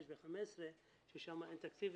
5 ו-15 ששם אין תקציב.